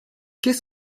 qu’est